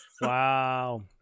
wow